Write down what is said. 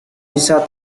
bisa